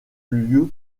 lieu